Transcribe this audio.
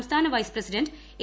സംസ്ഥാന vice president A